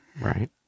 Right